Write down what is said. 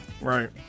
Right